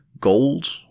gold